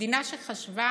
מדינה שחשבה: